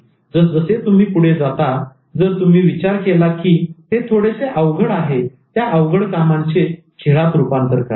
आणि जसजसे तुम्ही पुढे जाता जर तुम्ही विचार केला की हे थोडेसे अवघड आहे त्या अवघड कामांचे खेळात रुपांतर करा